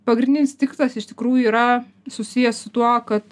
pagrindinis tikslas iš tikrųjų yra susijęs su tuo kad